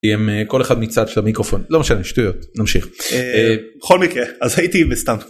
כל אחד מצד של המיקרופון לא משנה שטויות נמשיך כל מקרה אז הייתי בסטנפורד.